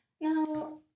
Now